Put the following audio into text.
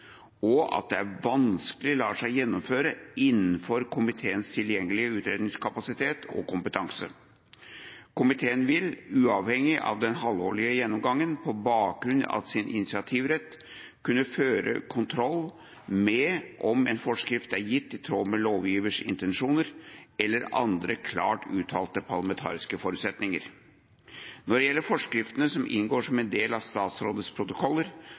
og at det vanskelig lar seg gjennomføre innenfor komiteens tilgjengelige utredningskapasitet og kompetanse. Komiteen vil, uavhengig av den halvårlige gjennomgangen, på bakgrunn av sin initiativrett kunne føre kontroll med om en forskrift er gitt i tråd med lovgivers intensjoner eller andre klart uttalte parlamentariske forutsetninger. Når det gjelder forskriftene som inngår som en del av statsrådets protokoller,